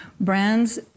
Brands